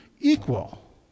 equal